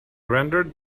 rendered